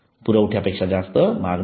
पुरवठ्यापेक्षा जास्त मागणी आहे